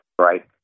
right